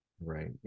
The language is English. right